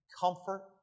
comfort